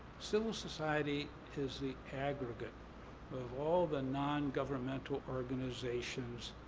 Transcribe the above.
civil society is the aggregate of all the non-governmental organizations